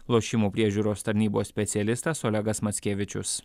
lošimų priežiūros tarnybos specialistas olegas mackevičius